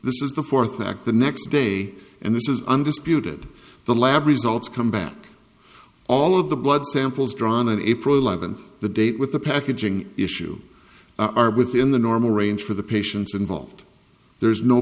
this is the fourth act the next day and this is under spewed the lab results come back all of the blood samples drawn on april eleventh the date with the packaging issue are within the normal range for the patients involved there is no